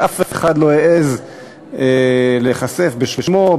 ואף אחד לא העז להיחשף בשמו,